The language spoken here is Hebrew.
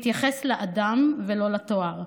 ולהתייחס לאדם ולא לתואר.